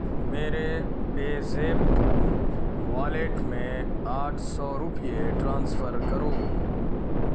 میرے پے Zip wallet میں آٹھ سو روپیے ٹرانسفر کرو